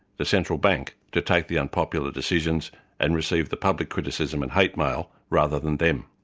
the central bank, to take the unpopular decisions and receive the public criticism and hate mail, rather than them.